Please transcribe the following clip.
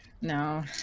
No